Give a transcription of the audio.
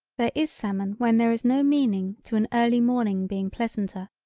there is salmon when there is no meaning to an early morning being pleasanter.